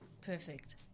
Perfect